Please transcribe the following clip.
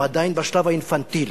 הם עדיין בשלב האינפנטילי,